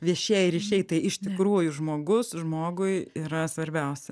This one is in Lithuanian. viešieji ryšiai tai iš tikrųjų žmogus žmogui yra svarbiausia